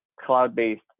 cloud-based